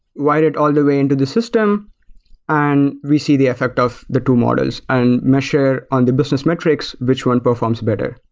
wire it all the way into the system and we see the effect of the two models and measure on the business metrics which one performs better.